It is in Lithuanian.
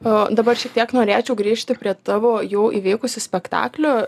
o dabar šiek tiek norėčiau grįžti prie tavo jau įvykusių spektaklių